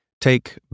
Take